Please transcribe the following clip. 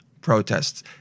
protests